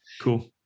cool